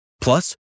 Plus